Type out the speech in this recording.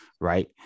Right